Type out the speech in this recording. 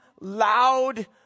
loud